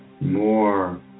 more